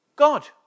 god